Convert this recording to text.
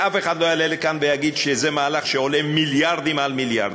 שאף אחד לא יעלה לכאן ויגיד שזה מהלך שעולה מיליארדים על מיליארדים.